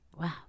Wow